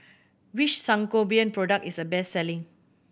which Sangobion product is the best selling